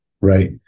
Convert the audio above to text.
Right